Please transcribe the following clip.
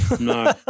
No